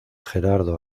gerardo